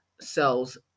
cells